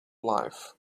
life